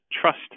trust